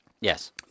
Yes